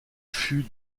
fut